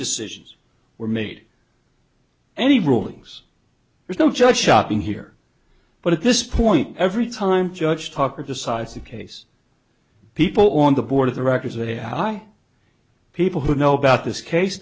decisions were made any rulings there's no judge shopping here but at this point every time judge talk or decides the case people on the board of directors a high people who know about this case